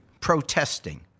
protesting